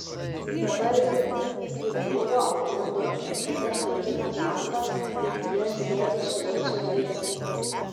dabar gi buvo apmaudu kad tas vaikinas mato kaip jie sėdi su vincu dviese